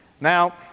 Now